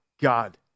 God